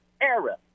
era